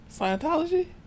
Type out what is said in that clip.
Scientology